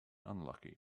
unlucky